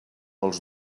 els